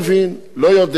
לא יודע, אבל לשב"ס פתרונים.